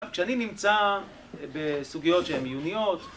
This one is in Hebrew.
כשאני נמצא בסוגיות שהן עיוניות